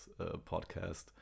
podcast